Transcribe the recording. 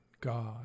God